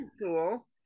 Cool